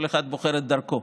כל אחד בוחר את דרכו.